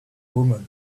woman